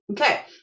okay